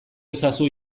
ezazu